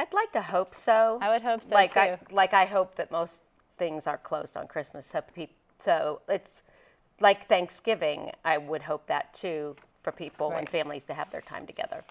i'd like to hope so i would hope so like i like i hope that most things are closed on christmas so people so it's like thanksgiving i would hope that too for people and families to have their time together